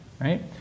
right